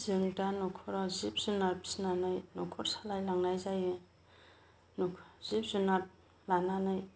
जों दा न'खराव जिब जुनार फिसिनानै न'खर सालायलांनाय जायो जिब जुनार लानानै